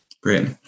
Great